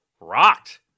Rocked